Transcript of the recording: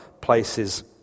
places